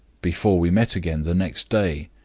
before we met again the next day,